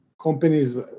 companies